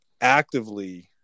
actively